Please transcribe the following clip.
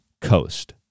coast